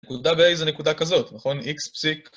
נקודה ב-a זה נקודה כזאת, נכון? x פסיק...